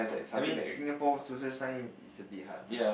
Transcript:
I mean Singapore social science is a bit hard lah